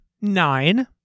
Nine